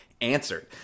answered